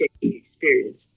experience